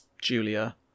Julia